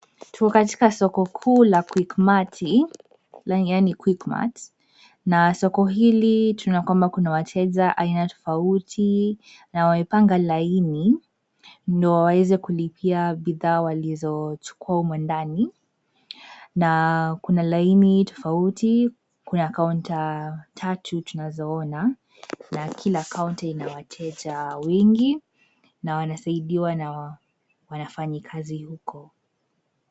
Tuko katika soko kuu la QuickMati, yaani QuickMart , na soko hili tunakwamba kuna wateja aina tofauti, na wamepanga laini, ndio waweze kulipia bidhaa walizochukua humo ndani, na kuna laini tofauti, kuna kaunta tatu tunazoona, na kila kaunta ina wateja wengi, na wanasaidiwa na wafanyikazi huko.